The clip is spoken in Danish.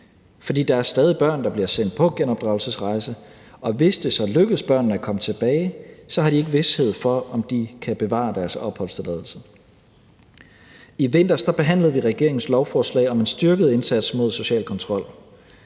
der er stadig børn, der bliver sendt på genopdragelsesrejse, og hvis det så lykkes børnene at komme tilbage, har de ikke vished for, om de kan bevare deres opholdstilladelse. I vinter behandlede vi regeringens lovforslag om en styrket indsats mod social kontrol.